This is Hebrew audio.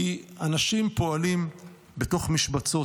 כי אנשים פועלים בתוך משבצות,